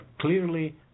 clearly